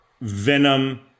Venom